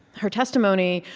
her testimony,